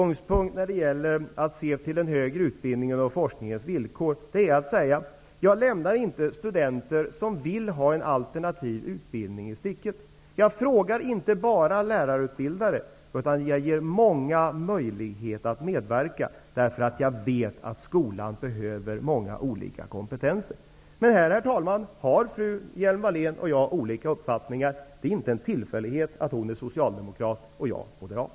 När jag ser till forskningens och den högre utbildningens villkor är min utgångspunkt att jag inte lämnar studenter som vill ha en alternativ utbildning i sticket. Jag frågar inte bara lärarutbildare, utan jag ger många möjlighet att medverka. Jag vet att skolan behöver många olika kompetenser. Herr talman! Fru Hjelm-Wallén och jag har här olika uppfattningar. Det är inte en tillfällighet att hon är socialdemokrat och jag är moderat.